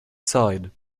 side